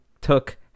took